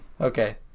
Okay